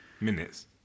Minutes